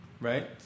right